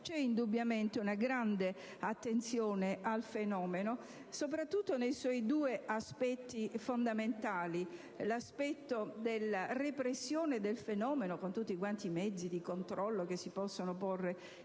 c'è indubbiamente una grande attenzione al fenomeno, soprattutto nei suoi due aspetti fondamentali. Il primo è quello della repressione del fenomeno, con tutti quanti i mezzi di controllo che si possono porre